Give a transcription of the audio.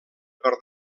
per